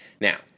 Now